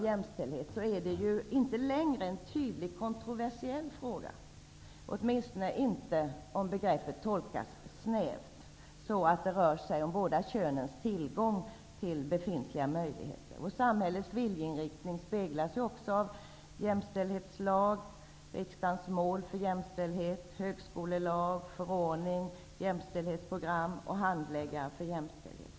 Jämställdhet som rättvisefråga är inte längre en tydligt kontroversiell fråga, åtminstone inte om begreppet tolkas snävt så, att det rör sig om båda könens tillgång till befintliga möjligheter. Samhällets viljeinriktning speglas också av jämställdhetslag, riksdagens mål för jämställdhet, kommande högskolelag, förordningar, jämställdhetsprogram och handläggare för jämställdhet.